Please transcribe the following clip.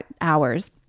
hours